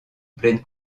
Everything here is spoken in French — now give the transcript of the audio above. pleine